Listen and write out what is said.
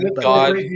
God